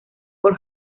por